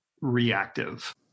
reactive